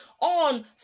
on